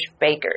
bakers